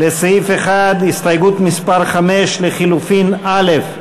לסעיף 1, הסתייגות 5, לחלופין (א).